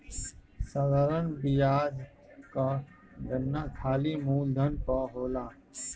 साधारण बियाज कअ गणना खाली मूलधन पअ होला